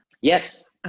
yes